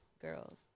girls